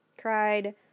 cried